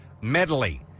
Medley